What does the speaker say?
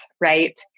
right